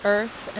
Earth